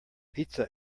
pizza